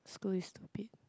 school is stupid